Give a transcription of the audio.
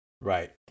Right